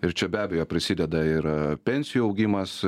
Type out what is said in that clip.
ir čia be abejo prisideda ir pensijų augimas